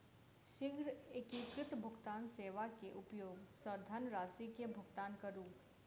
शीघ्र एकीकृत भुगतान सेवा के उपयोग सॅ धनरशि के भुगतान करू